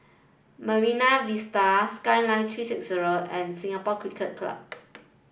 Marine Vista Skyline three six zero and Singapore Cricket Club